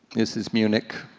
this is munich,